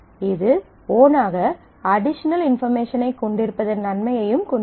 இது ஓனாக அடிஷனல் இன்பார்மேஷனைக் கொண்டிருப்பதன் நன்மையையும் கொண்டுள்ளது